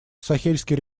сахельский